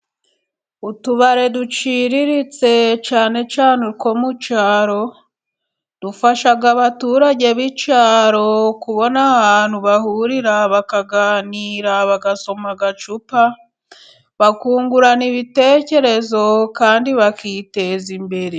Utubare duciririritse cyane cyane two mu cyaro, dufasha abaturage b'icyaro kubona ahantu bahurira bakaganira, bagasoma agacupa bakungurana ibitekerezo kandi bakiteza imbere.